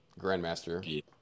Grandmaster